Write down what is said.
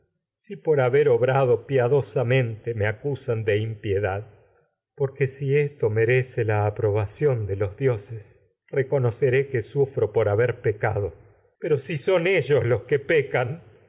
si por haber obrado piadosamente esto merece acusan de impiedad porque si la aproba ción de los dioses reconoceré son que sufro por haber peca no do pero si ellos los que pecan